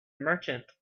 merchant